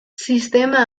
sistema